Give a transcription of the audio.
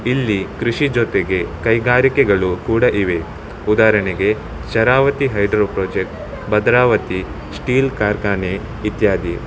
ಇಲ್ಲಿ ಕೃಷಿ ಜೊತೆಗೆ ಕೈಗಾರಿಕೆಗಳು ಕೂಡ ಇವೆ ಉದಾಹರಣೆಗೆ Sharavati hydro project Bhadravati steel ಕಾರ್ಖಾನೆ ಇತ್ಯಾದಿ